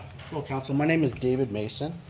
hello council my name is david mason.